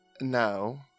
No